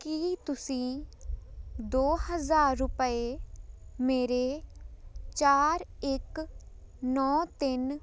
ਕੀ ਤੁਸੀਂਂ ਦੋ ਹਜ਼ਾਰ ਰੁਪਏ ਮੇਰੇ ਚਾਰ ਇੱਕ ਨੌਂ ਤਿੰਨ